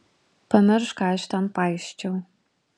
pamiršk ką aš ten paisčiau